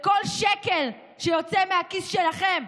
לכל שקל שיוצא מהכיס שלכם,